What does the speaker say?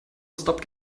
stop